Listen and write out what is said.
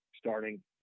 starting